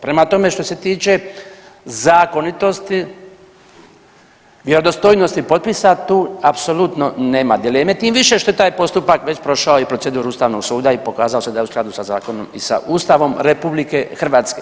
Prema tome, što se tiče zakonitosti i vjerodostojnosti potpisa tu apsolutno nema dileme tim više što je taj postupak već prošao i proceduru ustavnog suda i pokazao se da je u skladu sa zakonom i sa Ustavom RH.